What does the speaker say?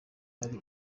ari